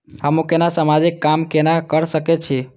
हमू केना समाजिक काम केना कर सके छी?